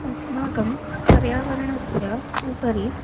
अस्माकं पर्यावरणस्य उपरि